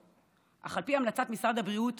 אך על פי המלצת משרד הבריאות